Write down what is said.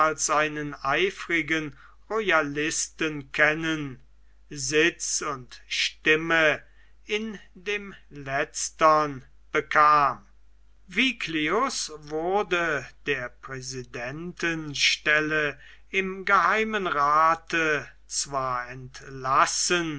einen eifrigen royalisten kennen sitz und stimme in dem letztern bekam viglius wurde der präsidentenstelle im geheimen rathe zwar entlassen